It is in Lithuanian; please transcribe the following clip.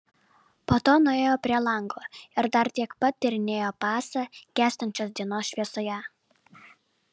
po to nuėjo prie lango ir dar tiek pat tyrinėjo pasą gęstančios dienos šviesoje